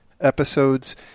episodes